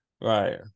Right